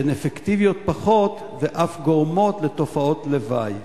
שהן אפקטיביות פחות ואף גורמות לתופעות לוואי.